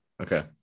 Okay